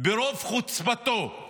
ברוב חוצפתו.